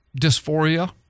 dysphoria